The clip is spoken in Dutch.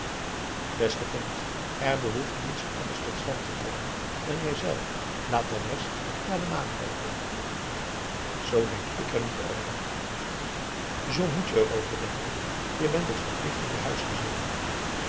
beste vent er behoeft niets anders tot stand te komen dan jij zelf laat de rest naar de maan loopen zoo denk ik er niet over zoo moet je erover denken je bent het verplicht aan je huisgezin